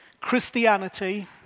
Christianity